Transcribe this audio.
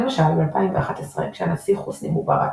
למשל, ב–2011, כשהנשיא חוסני מובארכ